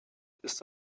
ist